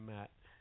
Matt